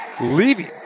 leaving